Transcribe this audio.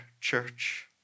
church